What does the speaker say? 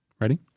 Ready